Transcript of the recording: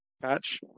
Patch